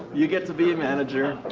you get to be a manager.